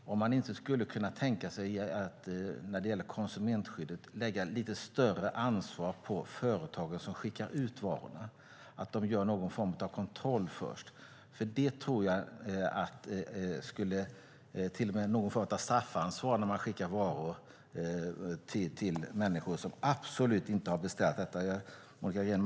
Skulle man inte kunna tänka sig, när det gäller konsumentskyddet, att lägga lite större ansvar på de företag som skickar ut varorna så att de gör någon form av kontroll först? Det kanske till och med skulle vara någon form av straffansvar när man skickar varor till människor som absolut inte har beställt dem. Monica Green!